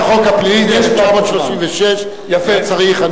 של פקודת החוק הפלילי מ-1936 היה צריך.